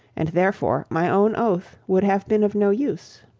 and therefore my own oath would have been of no use.